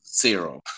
zero